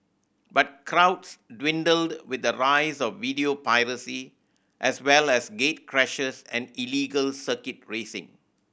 but crowds dwindled with the rise of video piracy as well as gatecrashers and illegal circuit racing